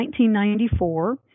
1994